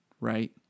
right